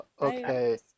okay